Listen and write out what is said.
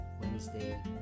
Wednesday